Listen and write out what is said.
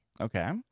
Okay